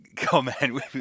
comment